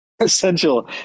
essential